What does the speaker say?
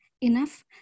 enough